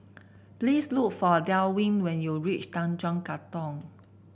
please look for Delwin when you reach Tanjong Katong